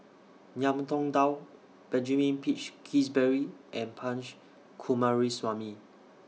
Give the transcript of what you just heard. Ngiam Tong Dow Benjamin Peach Keasberry and Punch Coomaraswamy